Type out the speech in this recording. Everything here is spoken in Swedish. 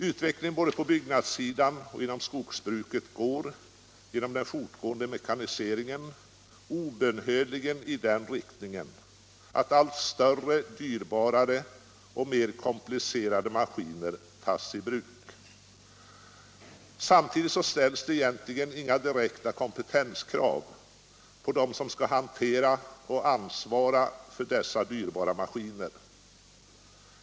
Utvecklingen både på byggnadssidan och inom skogsbruket går, genom den fortgående mekaniseringen, obönhörligt i den riktningen att allt större, dyrbarare och mer komplicerade maskiner tas i bruk. Samtidigt ställs det egentligen inga direkta kompetenskrav på den som skall hantera och ansvara för dessa maskiner.